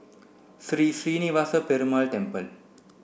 Sri Srinivasa Perumal Temple